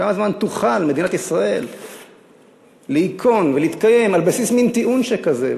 כמה זמן תוכל מדינת ישראל להיכון ולהתקיים על בסיס מין טיעון שכזה?